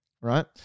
Right